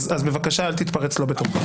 אז בבקשה, אל תתפרץ לא בתורך.